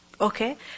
Okay